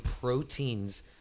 proteins